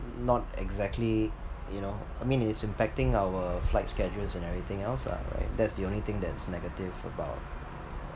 not exactly you know I mean it's impacting our flight schedules and everything else lah right that's the only thing that's negative about